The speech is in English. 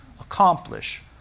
accomplish